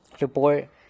report